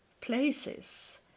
places